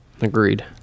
Agreed